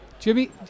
Jimmy